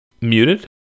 muted